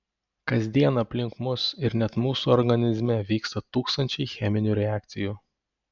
kas dieną aplink mus ir net mūsų organizme vyksta tūkstančiai cheminių reakcijų